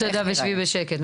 תגידי תודה ושבי בשקט.